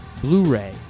Blu-ray